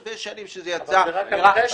זה מיליארדים.